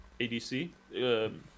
ADC